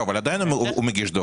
לא, אבל עדיין הוא מגיש דוח,